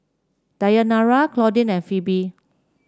Dayanara Claudine and Phebe